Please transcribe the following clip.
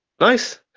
nice